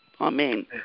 Amen